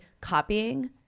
copying